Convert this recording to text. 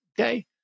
Okay